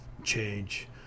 Change